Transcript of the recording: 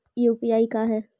UPI का है?